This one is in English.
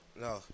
No